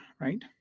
right